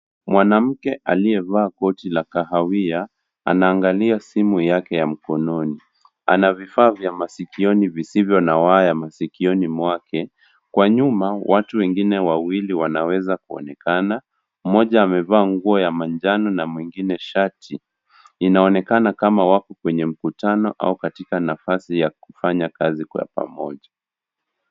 Mwanamkwe aliyevaa koti la kahawia , anaangalia simu take ya mkononi. Ana vifaa vya masikioni visivyo na waya masikioni mwake, kwa nyuma watu wengine wawili wanaweza kuonekana mmoja amevaa nguo ya manjano na mwingine shati . Inaonekana kama wake kwenye mkutano katika nafasi ya kufanya kazi kwa pamoja.